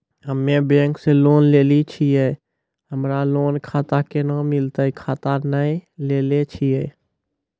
हम्मे बैंक से लोन लेली छियै हमरा लोन खाता कैना मिलतै खाता नैय लैलै छियै?